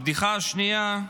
הבדיחה השנייה: